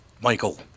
Michael